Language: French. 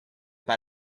pas